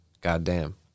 goddamn